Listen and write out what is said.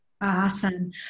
Awesome